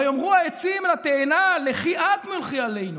ויאמרו העצים לתאנה לכי את מלכי עלינו.